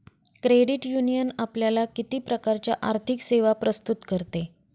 Credit union आपल्याला किती प्रकारच्या आर्थिक सेवा प्रस्तुत करते?